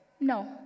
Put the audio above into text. No